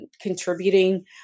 contributing